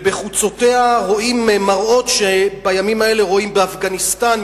ובחוצותיה רואים מראות שבימים האלה רואים באפגניסטן,